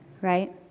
right